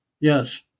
yes